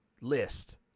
list